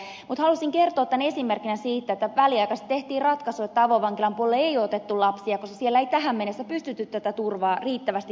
mutta halusin kertoa tämän esimerkkinä siitä että väliaikaisesti tehtiin ratkaisu että avovankilan puolelle ei ole otettu lapsia koska siellä ei tähän mennessä pystytty tätä turvaa riittävästi takaamaan